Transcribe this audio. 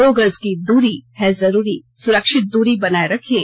दो गज की दूरी है जरूरी सुरक्षित दूरी बनाए रखें